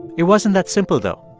it wasn't that simple, though.